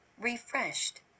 refreshed